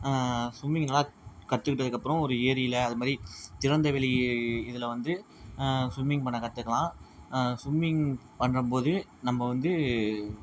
swimming நல்லாக் கற்றுக்கிட்டதுக்கு அப்புறம் ஒரு ஏரியில் அதுமாதிரி திறந்த வெளி இதில் வந்து ஸ்விம்மிங் பண்ணக் கற்றுக்கலாம் ஸ்விம்மிங் பண்ணும்போது நம்ம வந்து